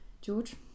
George